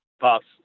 Pops